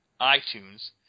iTunes